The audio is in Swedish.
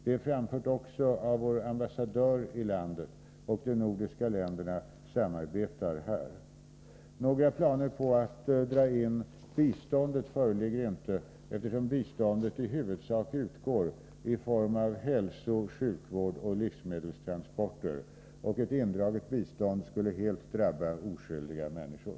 Det har framförts också av vår ambassadör i landet, och de nordiska länderna samarbetar här. Några planer på att dra in biståndet föreligger inte, eftersom biståndet i huvudsak utgår i form av hälsooch sjukvård samt livsmedelstransporter och ett indraget bistånd helt skulle drabba oskyldiga människor.